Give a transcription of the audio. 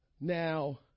Now